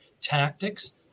tactics